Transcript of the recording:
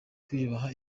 kwiyubaha